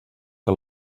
que